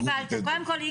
קודם כול,